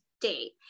Day